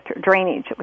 drainage